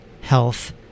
health